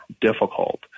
difficult